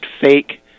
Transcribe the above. fake